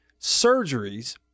surgeries